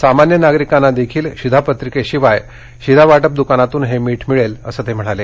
सामान्य नागरिकांनाही शिधापत्रिकेशिवाय शिधावाटप दुकानातून हे मीठ मिळेल असं ते म्हणाले